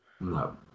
No